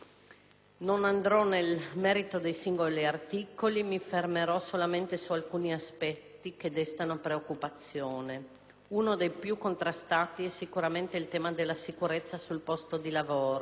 Non entrerò nel merito dei singoli articoli, mi soffermerò solamente su alcuni aspetti che destano preoccupazione. Uno dei più contrastati è sicuramente il tema della sicurezza sul posto di lavoro.